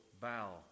bow